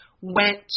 went